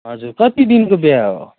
हजुर कति दिनको बिहा हो